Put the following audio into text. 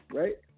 right